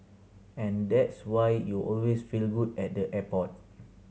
and that's why you always feel good at the airport